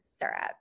syrup